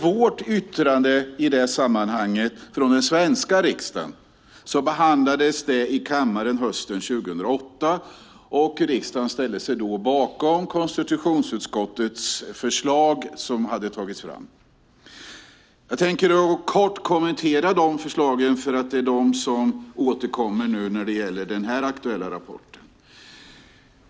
Vårt yttrande i det sammanhanget från den svenska riksdagen behandlades i kammaren hösten 2008, och riksdagen ställde sig då bakom det förslag som konstitutionsutskottet hade tagit fram. Jag tänker kort kommentera de förslagen, för det är de som återkommer nu när det gäller den aktuella rapporten.